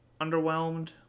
underwhelmed